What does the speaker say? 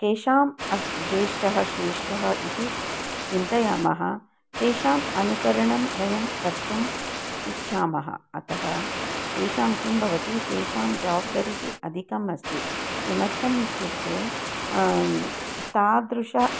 तेषाम् अस् जेष्ठः श्रेष्ठः इति चिन्तयामः तेषाम् अनुकरणं वयं कर्तुम् इच्छामः अतः तेषां किं भवति तेषां जवाब्दरिः अधिकम् अस्ति किमर्थम् इत्युक्ते तादृशम्